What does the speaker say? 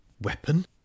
Weapon